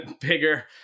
bigger